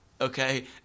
Okay